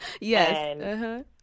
Yes